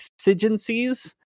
exigencies